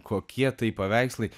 kokie tai paveikslai